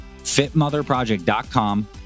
fitmotherproject.com